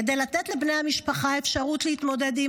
כדי לתת לבני המשפחה אפשרות להתמודד עם